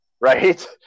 right